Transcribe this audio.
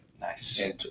Nice